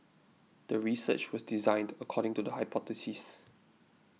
the research was designed according to the hypothesis